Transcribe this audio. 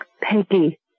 Peggy